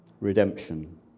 Redemption